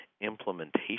implementation